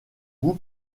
goût